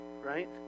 right